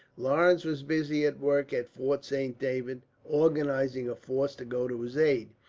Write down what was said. lawrence was busy at work at fort saint david, organizing a force to go to his aid.